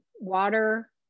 water